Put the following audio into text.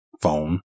phone